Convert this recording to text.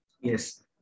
Yes